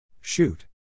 Shoot